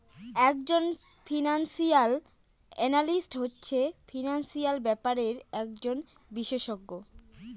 এক জন financial analyst হচ্ছে ফিনান্সিয়াল ব্যাপারের একজন বিশষজ্ঞ